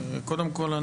קודם כל,